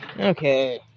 Okay